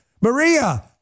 Maria